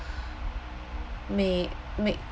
may may